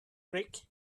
rick